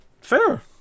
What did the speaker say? Fair